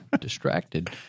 Distracted